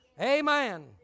Amen